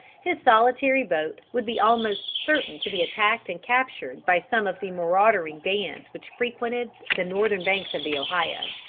his solitary boat would be almost certain to be attacked and captured by some of the marauding bands which frequented the northern banks of the ohio.